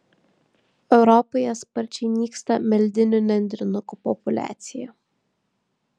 europoje sparčiai nyksta meldinių nendrinukių populiacija